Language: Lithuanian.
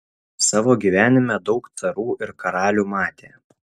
savo gyvenime daug carų ir karalių matė